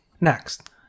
Next